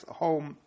home